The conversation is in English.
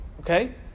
Okay